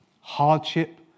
hardship